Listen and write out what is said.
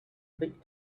big